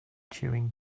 chewing